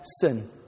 sin